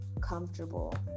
comfortable